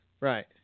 Right